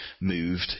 moved